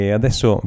adesso